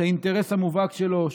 שהאינטרס המובהק שלו,